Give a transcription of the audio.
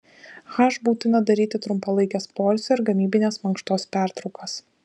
h būtina daryti trumpalaikes poilsio ir gamybinės mankštos pertraukas